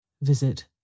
Visit